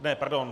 Ne, pardon.